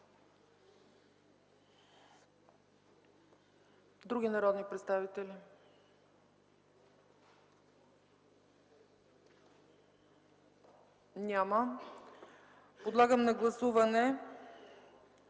Други народни представители? Няма. Подлагам на гласуване